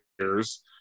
years